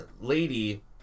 lady